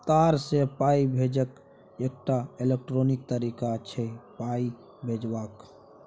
तार सँ पाइ भेजब एकटा इलेक्ट्रॉनिक तरीका छै पाइ भेजबाक